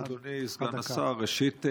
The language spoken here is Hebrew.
אדוני סגן השר, ראשית,